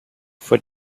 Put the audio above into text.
for